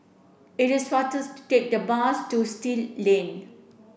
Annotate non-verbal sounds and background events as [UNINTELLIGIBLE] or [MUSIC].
it is faster [UNINTELLIGIBLE] to take the bus to Still Lane